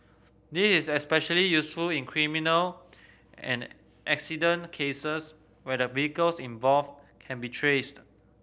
this is especially useful in criminal and accident cases where the vehicles involved can be traced